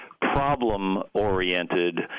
problem-oriented